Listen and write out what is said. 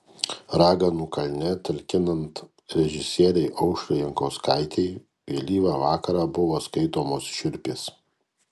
raganų kalne talkinant režisierei aušrai jankauskaitei vėlyvą vakarą buvo skaitomos šiurpės